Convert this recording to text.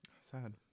sad